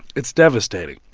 it's devastating.